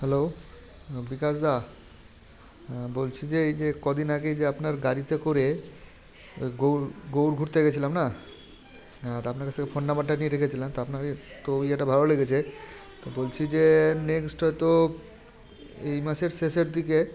hello Bikash দা হ্যাঁ বলছি যে এই যে কদিন আগে যে আপনার গাড়িতে করে গৌড় গৌড় ঘুরতে গেছিলাম না হ্যাঁ তো আপনার কাছ থেকে ফোন নাম্বারটা নিয়ে রেখেছিলাম তো আপনার এই তো ইয়েটা ভালো লেগেছে তো বলছি যে নেক্সট হয়তো এই মাসের শেষের দিকে